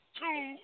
two